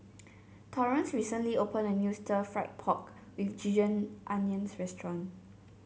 Torrence recently opened a new Stir Fried Pork with Ginger Onions restaurant